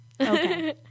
Okay